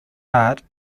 heart